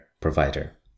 provider